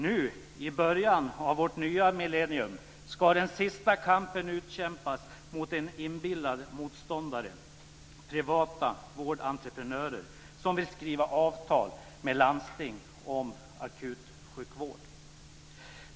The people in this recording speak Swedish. Nu i början av vårt nya millennium ska den sista kampen utkämpas mot en inbillad motståndare, privata vårdentreprenörer som vill skriva avtal med landsting om akutsjukvård.